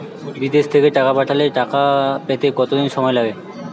বিদেশ থেকে টাকা পাঠালে টাকা পেতে কদিন সময় লাগবে?